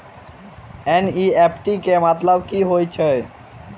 NEFT केँ मतलब की होइत अछि?